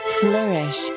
flourish